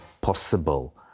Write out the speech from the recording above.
possible